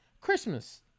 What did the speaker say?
Christmas